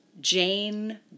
Jane